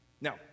Now